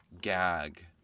gag